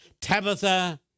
Tabitha